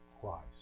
Christ